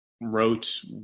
wrote